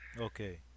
Okay